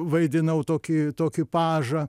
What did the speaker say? vaidinau tokį tokį pažą